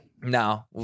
no